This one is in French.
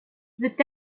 veut